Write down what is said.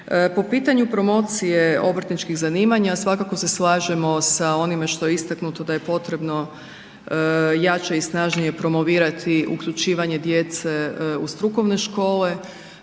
Po pitanju promocije obrtničkih zanimanja, svakako se slažemo sa onime što je istaknuto da je potrebno jače i snažnije promovirati uključivanje djece u strukovne škole,